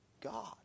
God